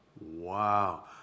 Wow